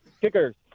Kickers